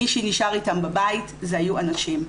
מי שנשאר איתם בבית היו הנשים.